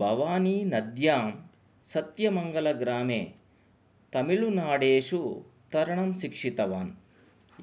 भवानि नद्यां सत्यमङ्गल ग्रामे तमिलुनाडेषु तरणं शिक्षितवान्